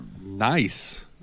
nice